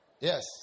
Yes